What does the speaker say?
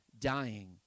dying